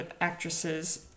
actresses